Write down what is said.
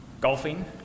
golfing